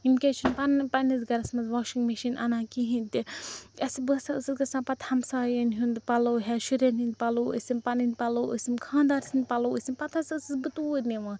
یِم کیٛازِ چھِنہٕ پَنٕنۍ پَننِس گھرَس مَنٛز واشِنٛگ مِشیٖن اَنان کِہیٖنۍ تہِ اسہِ بہٕ ہسا ٲسٕس گژھان پَتہٕ ہمسایَن ہُنٛد پَلوٚو ہیٚتھ شُریٚن ہِنٛدۍ پَلوٚو ٲسِم پَنٕنۍ پَلوٚو ٲسِم خانٛدار سٕنٛدۍ پَلوٚو ٲسِم پَتہٕ ہَسا ٲسٕس بہٕ توٗرۍ نِوان